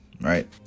Right